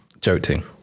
Joking